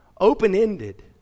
open-ended